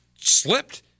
slipped